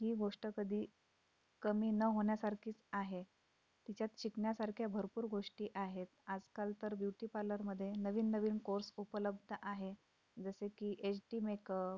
ही गोष्ट कधी कमी न होण्यासारखीच आहे तिच्यात शिकण्यासारख्या भरपूर गोष्टी आहेत आजकाल तर ब्युटी पार्लरमध्ये नवीन नवीन कोर्स उपलब्ध आहेत जसे की एच डी मेकअप